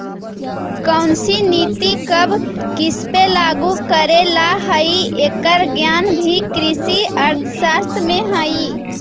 कौनसी नीति कब किसपे लागू करे ला हई, एकर ज्ञान भी कृषि अर्थशास्त्र में हई